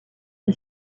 qui